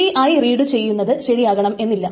Ti read ചെയ്യുന്നത് ശരിയാകണമെന്നില്ല